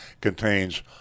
contains